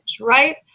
right